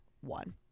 one